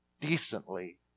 decently